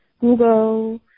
Google